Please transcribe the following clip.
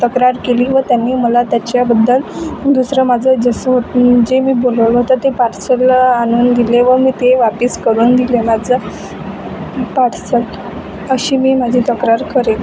तक्रार केली व त्यांनी मला त्याच्याबद्दल दुसरं माझं जसं हो जे मी बोलवलं होतंं ते पार्सल आणून दिले व मी ते वापीस करून दिले माझं पार्सल अशी मी माझी तक्रार करेल